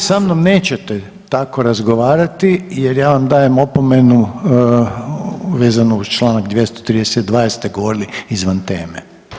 Vi se sa mnom nećete tako razgovarati jer ja vam dajem opomenu vezano uz Članak 232. jer ste govorili izvan teme.